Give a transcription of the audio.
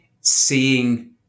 seeing